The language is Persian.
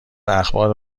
اخبار